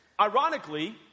Ironically